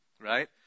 right